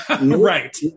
Right